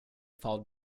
followed